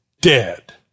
dead